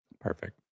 Perfect